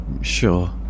Sure